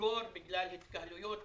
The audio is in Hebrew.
לסגור בגלל התקהלויות וכדומה,